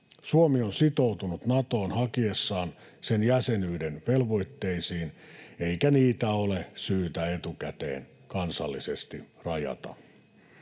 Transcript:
Suomi on sitoutunut Natoon hakiessaan sen jäsenyyden velvoitteisiin, eikä niitä ole syytä etukäteen kansallisesti rajata.